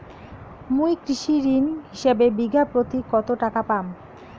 মুই কৃষি ঋণ হিসাবে বিঘা প্রতি কতো টাকা পাম?